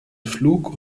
flug